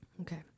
Okay